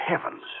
heavens